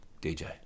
DJ